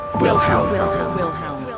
Wilhelm